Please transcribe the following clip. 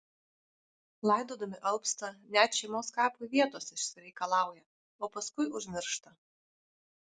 laidodami alpsta net šeimos kapui vietos išsireikalauja o paskui užmiršta